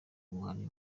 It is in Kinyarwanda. buhari